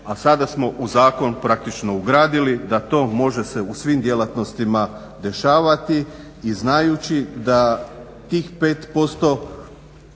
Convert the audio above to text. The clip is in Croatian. a sada smo u zakon praktično ugradili da to može se u svim djelatnostima dešavati. I znajući da tih 5%